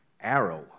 arrow